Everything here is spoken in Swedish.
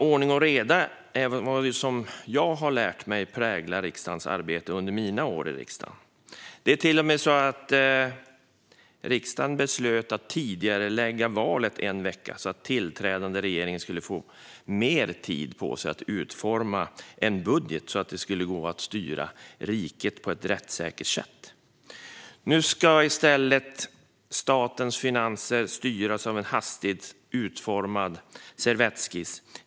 Ordning och reda är vad jag under mina år i riksdagen har lärt mig präglar riksdagens arbete. Det var till och med så att riksdagen beslöt att tidigarelägga valet en vecka så att tillträdande regering skulle få mer tid på sig att utforma en budget så att det skulle gå att styra riket på ett rättssäkert sätt. Nu ska statens finanser i stället styras av en hastigt utformad servettskiss.